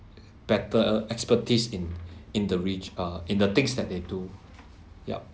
better expertise in in the rich uh in the things that they do yup